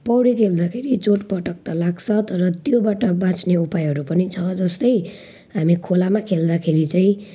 पौडी खेल्दाखेरि चोटपटक त लाग्छ तर त्योबाट बाच्ने उपायहरू पनि छ जस्तै हामी खोलामा खेल्दाखेरि चाहिँ